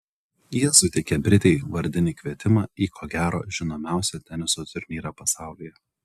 jie suteikė britei vardinį kvietimą į ko gero žinomiausią teniso turnyrą pasaulyje